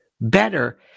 better